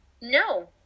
No